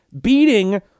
beating